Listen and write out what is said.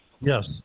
yes